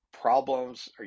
Problems